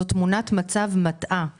זאת תמונת מצב מטעה מאוד,